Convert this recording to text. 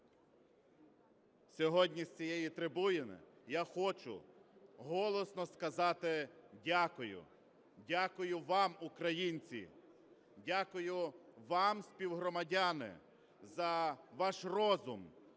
Сьогодні з цієї трибуни я хочу голосно сказати дякую. Дякую вам, українці. Дякую вам, співгромадяни, за ваш розум,